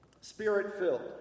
Spirit-filled